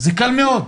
זה קל מאוד.